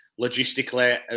logistically